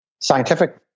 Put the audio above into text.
Scientific